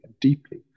deeply